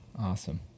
Awesome